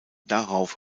darauf